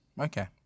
okay